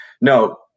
No